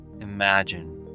imagine